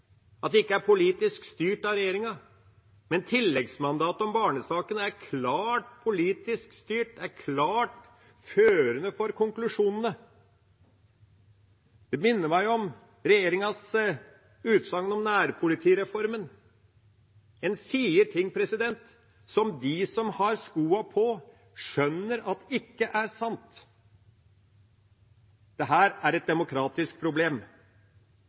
at det ikke er politisk styrt av regjeringa, men tilleggsmandatet om barnesakene er klart politisk styrt og klart førende for konklusjonene. Det minner meg om regjeringas utsagn om nærpolitireformen. En sier ting som de som har skoa på, skjønner at ikke er sant. Dette er et demokratisk problem.